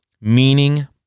meaning